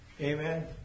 Amen